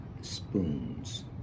spoons